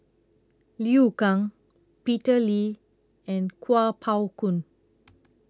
Liu Kang Peter Lee and Kuo Pao Kun